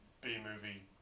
B-movie